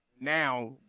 now